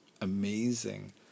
amazing